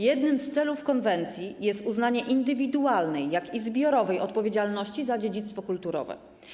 Jednym z celów konwencji jest uznanie indywidualnej, jak i zbiorowej odpowiedzialności za dziedzictwo kulturowe.